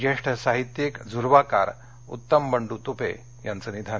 ज्येष्ठ साहित्यिक झुलवाकार उत्तम बंडू तूपे यांचं निधन